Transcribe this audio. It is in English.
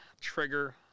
Trigger